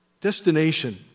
Destination